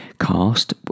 cast